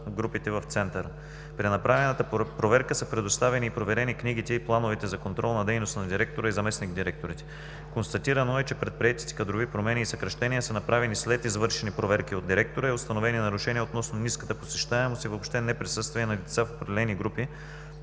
от групите в Центъра. При направената проверка са предоставени и проверени книгите и плановете за контролна дейност на директора и заместник-директорите. Констатирано е, че предприетите кадрови промени и съкращения са направени след извършени проверки от директора и установени нарушения относно ниската посещаемост и въобще неприсъствие на деца в определени групи,